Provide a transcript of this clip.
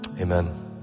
Amen